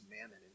mammon